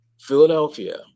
Philadelphia